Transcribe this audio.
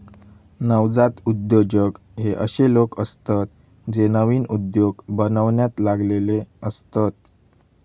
नवजात उद्योजक हे अशे लोक असतत जे नवीन उद्योग बनवण्यात लागलेले असतत